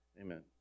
Amen